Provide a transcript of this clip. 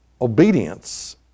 obedience